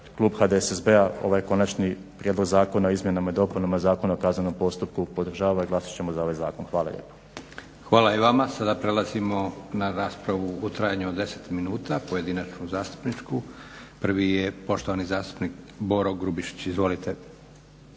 Klub HDSSB-a ovaj Konačni prijedlog zakona o izmjenama i dopunama Zakona o kaznenom postupku podržava i glasat ćemo za ovaj zakon. Hvala. **Leko, Josip (SDP)** Hvala i vama. Sada prelazimo na raspravu u trajanju od 10 minuta pojedinačnu zastupničku. Prvi je poštovani zastupnik Boro Grubišić. Izvolite.